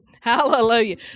hallelujah